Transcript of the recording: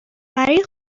برای